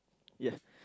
yes